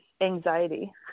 anxiety